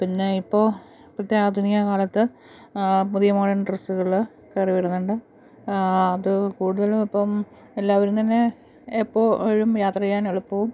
പിന്നേ ഇപ്പോൾ ഇപ്പോഴത്തെ ആധുനിക കാലത്ത് പുതിയ മോഡേൺ ഡ്രസ്സുകൾ കയറി വരുന്നുണ്ട് അത് കൂടുതലും ഇപ്പം എല്ലാവരും തന്നെ എപ്പോഴും യാത്ര ചെയ്യാനെളുപ്പവും